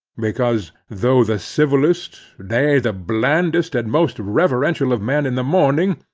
because, though the civilest, nay, the blandest and most reverential of men in the morning,